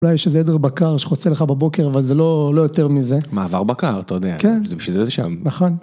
אולי יש איזה עדר בקר שחוצה לך בבוקר, אבל זה לא יותר מזה. מעבר בקר, אתה יודע, בשביל זה זה שם. נכון.